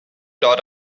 dot